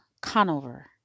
Conover